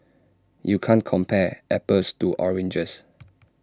you can't compare apples to oranges